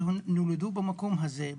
שהם נולדו במקום הזה,